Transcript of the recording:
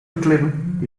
beklimmen